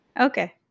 Okay